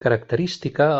característica